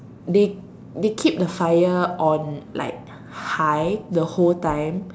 they they keep the fire on like high the whole time